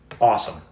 awesome